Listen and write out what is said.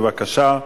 בבקשה.